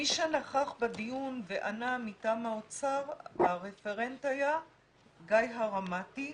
מי שנכח בדיון וענה מטעם האוצר היה הרפרנט גיא הרמתי.